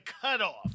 cutoff